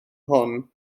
hon